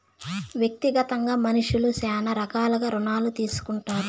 వ్యక్తిగతంగా మనుష్యులు శ్యానా రకాలుగా రుణాలు తీసుకుంటారు